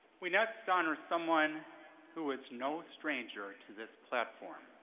we next honor someone who is no stranger to this platform.